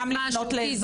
גם לפנות לעזרה.